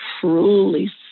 truly